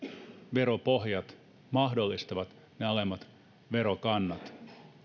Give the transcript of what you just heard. veropohjat mahdollistavat ne alemmat verokannat